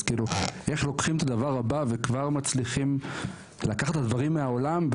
אז כאילו איך לוקחים את הדבר הבא וכבר מצליחים לקחת את הדברים מהעולם,